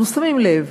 אנחנו שמים לב,